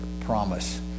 Promise